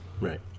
Right